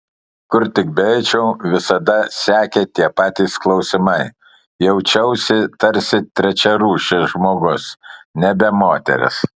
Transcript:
kur tik beeičiau visada sekė tie patys klausimai jaučiausi tarsi trečiarūšis žmogus nebe moteris